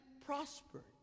prospered